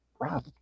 Rob